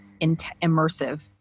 immersive